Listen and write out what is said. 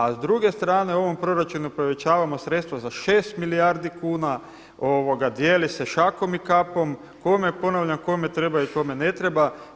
A s druge strane u ovom proračunu povećavamo sredstva za šest milijardi kuna dijeli se šakom i kapom, ponavljam kome treba i kome ne treba.